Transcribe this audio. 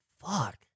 fuck